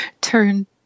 turn